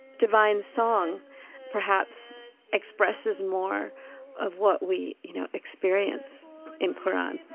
divine song perhaps expresses more of what we, you know, experience in qur'an.